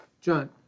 John